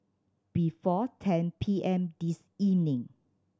before ten P M this evening